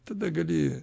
tada gali